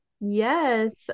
Yes